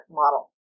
model